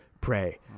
pray